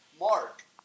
Mark